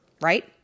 right